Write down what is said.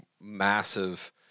massive